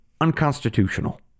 unconstitutional